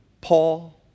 Paul